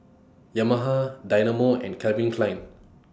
Yamaha Dynamo and Calvin Klein